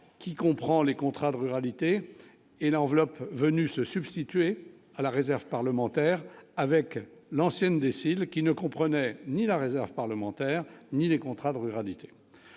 qui comprend les contrats de ruralité et l'enveloppe venus se substituer à la réserve parlementaire avec l'ancienne décide qui ne comprenaient ni la réserve parlementaire ni les contrats de ruralité